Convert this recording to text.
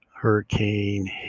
hurricane